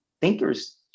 thinkers